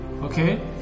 okay